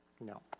No